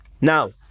Now